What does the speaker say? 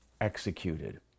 executed